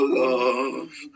love